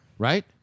Right